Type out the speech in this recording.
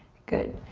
good.